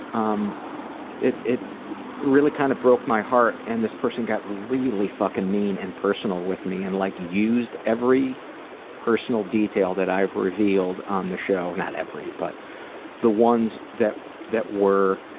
um it it really kind of broke my heart and this person got really fucking mean and personal with me, and like used every personal detail that i've revealed on the show, well, not every, but the ones that that were